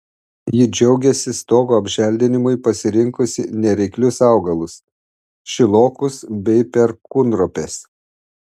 ji džiaugiasi stogo apželdinimui pasirinkusi nereiklius augalus šilokus bei perkūnropes